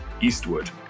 Eastwood